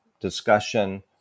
discussion